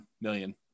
million